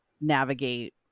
navigate